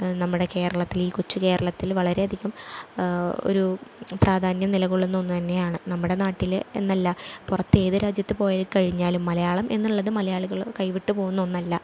നമ്മുടെ കേരളത്തില് ഈ കൊച്ചു കേരളത്തിൽ വളരെയധികം ഒരു പ്രാധാന്യം നിലകൊള്ളുന്ന ഒന്ന് തന്നെയാണ് നമ്മുടെ നാട്ടില് എന്നല്ല പുറത്ത് ഏത് രാജ്യത്ത് പോയി കഴിഞ്ഞാലും മലയാളം എന്നുള്ളത് മലയാളികള് കൈവിട്ട് പോകുന്ന ഒന്നല്ല